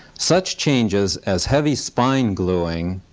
such changes as heavy spine gluing,